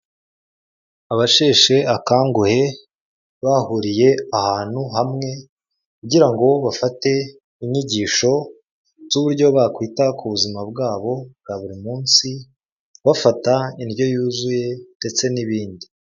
Abasheshe akanguhe bahuriye ahantu hamwe, kugira ngo bafate inyigisho z'uburyo bakwita ku buzima bwabo bwa buri munsi, bafata indyo yuzuye ndetse n'ibindi.